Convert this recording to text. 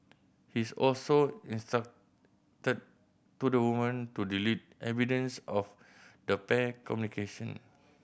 he's also instructed to the woman to delete evidence of the pair communication